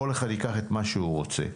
כל אחד ייקח את מה שהוא רוצה.